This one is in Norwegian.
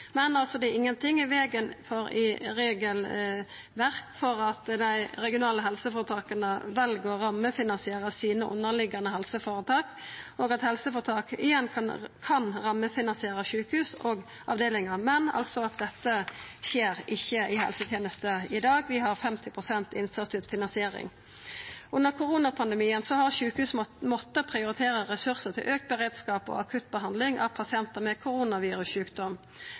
Men det er ingenting i regelverket som står i vegen for at dei regionale helseføretaka kan velja å rammefinansiera dei underliggjande helseføretaka sine, og at helseføretaka igjen kan rammefinansiera sjukehus og avdelingar. Men dette skjer ikkje i helsetenesta i dag. Vi har 50 pst. innsatsstyrt finansiering. Under koronapandemien har sjukehus måtta prioritera ressursar til auka beredskap og akuttbehandling av pasientar med koronavirussjukdom.